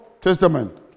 Testament